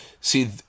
See